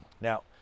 Now